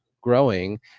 growing